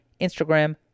Instagram